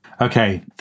Okay